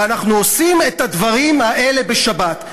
ואנחנו עושים את הדברים האלה בשבת.